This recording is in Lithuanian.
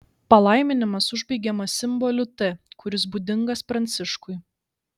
palaiminimas užbaigiamas simboliu t kuris būdingas pranciškui